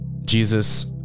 Jesus